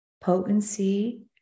potency